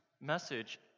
message